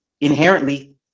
inherently